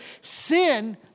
sin